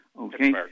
Okay